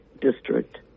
district